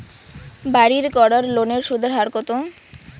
বাড়ির করার লোনের সুদের হার কত?